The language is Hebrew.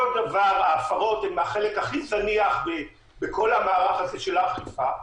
ההפרות הן החלק הכי זניח בכל המערך הזה של האכיפה.